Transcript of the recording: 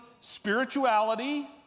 spirituality